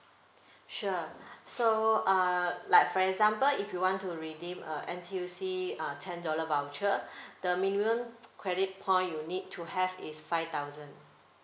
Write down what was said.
sure so uh like for example if you want to redeem a N_T_U_C uh ten dollar voucher the minimum credit point you need to have is five thousand